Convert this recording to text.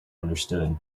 understood